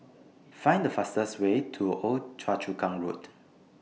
Find The fastest Way to Old Choa Chu Kang Road